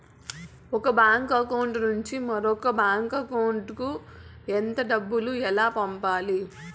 ఒక bank account నుంచి మరొక బ్యాంకు అకౌంట్ కు ఎంత డబ్బు ఎలా పంపాలి